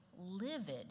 livid